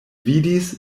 vidis